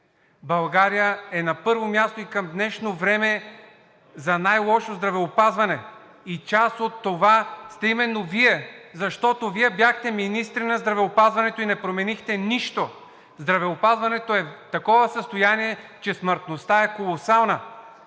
България е на първо място и към днешно време за най-лошо здравеопазване. Част от това сте именно Вие, защото Вие бяхте министри на здравеопазването и не променихте нищо. Здравеопазването е в такова състояние, че смъртността е колосална.